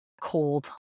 cold